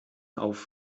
auf